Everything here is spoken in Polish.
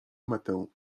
metę